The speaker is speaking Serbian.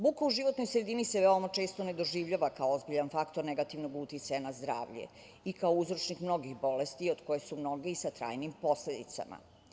Buka u životnoj sredini se veoma često ne doživljava kao ozbiljan faktor negativnog uticaja na zdravlje i kao uzročnih mnogih bolesti, od kojih su mnogi i sa trajnim posledicama.